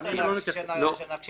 ביקשת שנקשיב לך.